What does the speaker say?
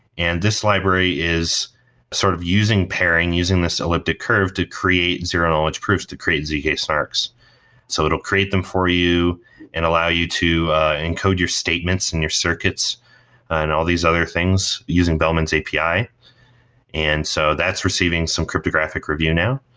and this library is sort of using pairing, using this elliptic curve to create zero knowledge proofs, to create zk-snarks so it will create them for you and allow you to encode your statements and your circuits and all these other things using bellman's api. and so that's receiving some cryptographic review now.